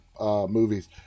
movies